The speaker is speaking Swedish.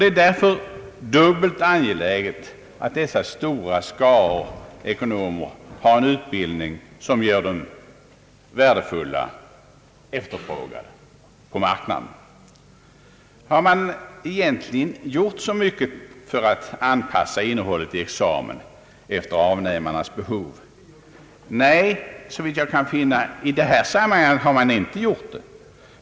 Det är därför dubbelt angeläget att dessa stora skaror av ekonomer har en utbildning som gör dem värdefulla och efterfrågade på marknaden. Har det egentligen gjorts så mycket för att anpassa innehållet i examen efter avnämarnas behov? Nej, såvitt jag kan finna, har det inte gjorts något däråt i det här sammanhanget.